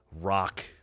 rock